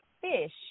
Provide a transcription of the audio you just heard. fish